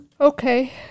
Okay